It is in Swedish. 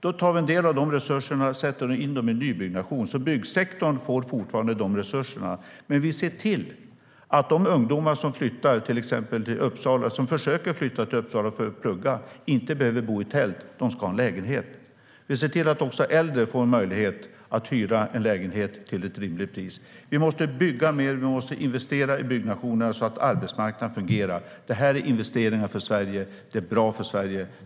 Vi tar en del av de resurserna och sätter in dem i nybyggnation så att byggsektorn fortfarande får de resurserna. Vi ser till att de ungdomar som försöker att flytta till exempel till Uppsala för att plugga inte behöver bo i tält. De ska ha en lägenhet. Vi ser till att också äldre får en möjlighet att hyra en lägenhet till ett rimligt pris. Vi måste bygga mer och investera i byggnation så att arbetsmarknaden fungerar. Det är investeringar för Sverige och bra för Sverige.